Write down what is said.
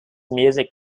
music